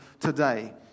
today